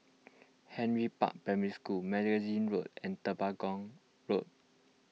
Henry Park Primary School Magazine Road and Road